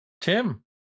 tim